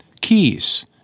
keys